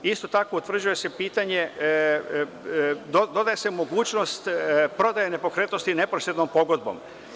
Isto tako, utvrđuje se pitanje, dodaje se mogućnost prodaje nepokretnosti neposrednom pogodbom.